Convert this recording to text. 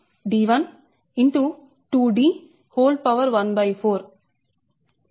d1